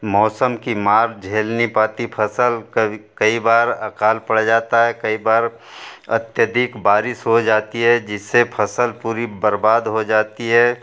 मौसम की मार झेल नहीं पड़ती फ़सल कभी कई बार अकाल पड़ जाता है कई बार अत्याधिक बारिश हो जाती है जिससे फ़सल पूरी बर्बाद हो जाती है